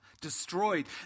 destroyed